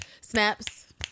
snaps